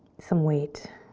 some weight.